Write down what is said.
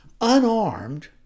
unarmed